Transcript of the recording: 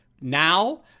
now –